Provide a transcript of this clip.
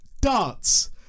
darts